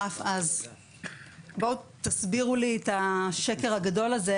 ואם תופסים אותך עם הנשק שלך לא נעול אתה אחראי.